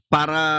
para